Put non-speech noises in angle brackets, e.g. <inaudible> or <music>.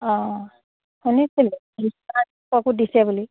অঁ শুনিছিলো <unintelligible> দিছে বুলি